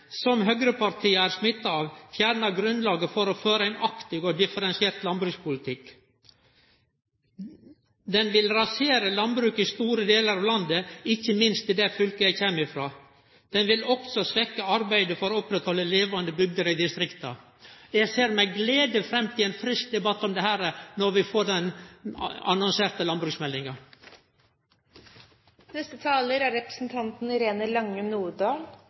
som høgrepartia er smitta av, fjernar grunnlaget for å føre ein aktiv og differensiert landbrukspolitikk. Han vil rasere landbruket i store delar av landet, ikkje minst i det fylket eg kjem frå. Han vil òg svekkje arbeidet for å oppretthalde levande bygder i distrikta. Eg ser med glede fram til ein frisk debatt om dette når vi får den annonserte